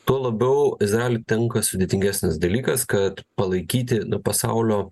tuo labiau izraeliui tenka sudėtingesnis dalykas kad palaikyti nu pasaulio